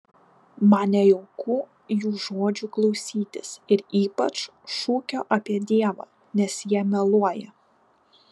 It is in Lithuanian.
man nejauku jų žodžių klausytis ir ypač šūkio apie dievą nes jie meluoja